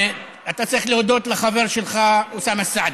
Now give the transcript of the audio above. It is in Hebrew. ואתה צריך להודות לחבר שלך אוסאמה סעדי.